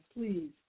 please